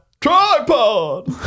Tripod